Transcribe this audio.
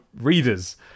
readers